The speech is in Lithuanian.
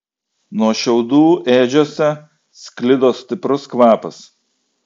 nuo šiaudų ėdžiose sklido stiprus kvapas